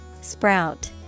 Sprout